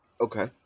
Okay